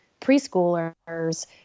preschoolers